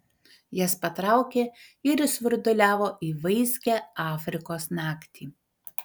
jas patraukė ir išsvirduliavo į vaiskią afrikos naktį